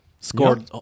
Scored